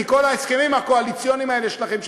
מכל ההסכמים הקואליציוניים האלה שלכם,